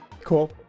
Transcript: cool